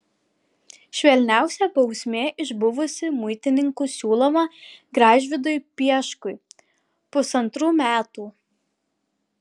švelniausia bausmė iš buvusių muitininkų siūloma gražvydui pieškui pusantrų metų